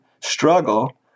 struggle